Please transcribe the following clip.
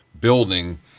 building